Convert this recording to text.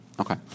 Okay